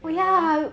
remember